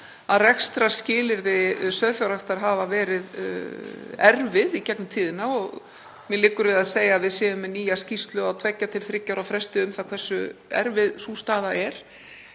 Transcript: að rekstrarskilyrði sauðfjárræktar hafa verið erfið í gegnum tíðina og mér liggur við að segja að við séum með nýja skýrslu á tveggja til þriggja ára fresti um það hversu erfið sú staða er.